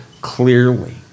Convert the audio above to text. clearly